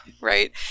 right